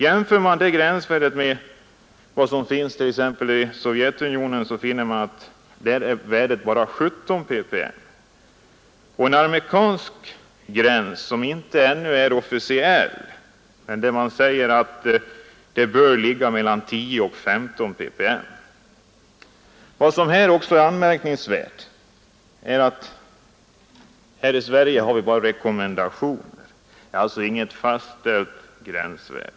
Jämför man det gränsvärdet med vad som tillämpas t.ex. i Sovjetunionen finner man att värdet där är bara 17 ppm. Och en amerikansk norm, som ännu inte är officiell, anger att gränsvärdet bör ligga mellan 10 och 15 ppm. Anmärkningsvärt är också att vi här i Sverige bara har rekommendationer och alltså inget fastställt gränsvärde.